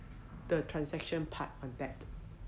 the transaction part on that